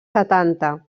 setanta